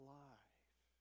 life